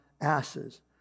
asses